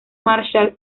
marshall